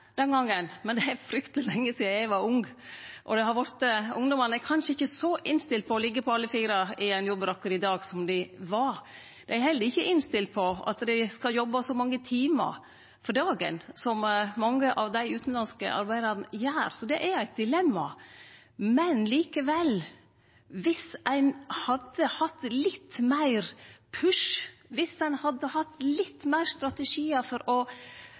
den gongen, men det er frykteleg lenge sidan eg var ung. Og ungdommane er kanskje ikkje så innstilte på å liggje på alle fire i ein jordbæråker i dag som dei var. Dei er heller ikkje innstilte på at dei skal jobbe så mange timar om dagen som mange av dei utanlandske arbeidarane gjer. Så det er eit dilemma. Men likevel: Viss ein hadde hatt litt meir «push», viss ein hadde hatt litt fleire strategiar for å